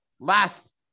last